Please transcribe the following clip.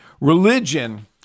Religion